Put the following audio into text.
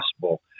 possible